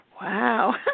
Wow